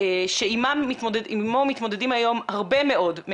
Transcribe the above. תודה רבה.